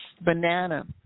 banana